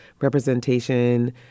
representation